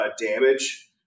damage